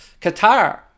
Qatar